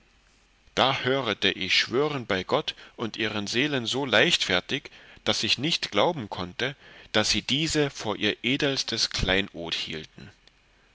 da hörete ich schwören bei gott und ihren seelen so leichtfertig daß ich nicht glauben konnte daß sie diese vor ihr edelstes kleinod hielten